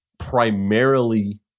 Primarily